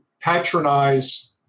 patronize